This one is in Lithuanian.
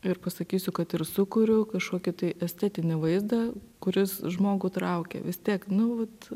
ir pasakysiu kad ir sukuriu kažkokį tai estetinį vaizdą kuris žmogų traukia vis tiek nu vat